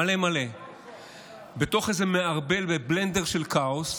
מלא מלא בתוך איזה מערבל בבלנדר של כאוס.